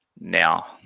now